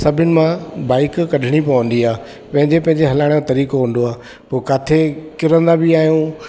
सभिनि मां बाइक कढिणी पवंदी आहे पंहिंजे पंहिंजे हलण जो तरीक़ो हूंदो आहे पोइ किथे किरंदा बि आहियूं